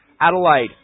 Adelaide